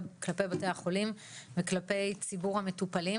כלפי בתי החולים וכלפי ציבור המטופלים.